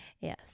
Yes